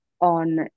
on